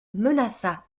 menaça